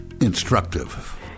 instructive